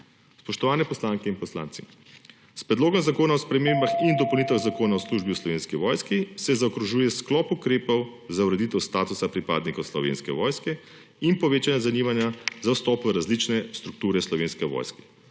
Spoštovane poslanke in poslanci, s Predlogom zakona o spremembah in dopolnitvah Zakona o službi v Slovenski vojski se zaokrožuje sklop ukrepov za ureditev statusa pripadnikov Slovenske vojske in povečanje zanimanja za vstop v različne strukture Slovenske vojske,